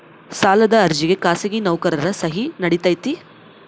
ಸಾಲದ ಅರ್ಜಿಗೆ ಖಾಸಗಿ ನೌಕರರ ಸಹಿ ನಡಿತೈತಿ?